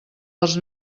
dels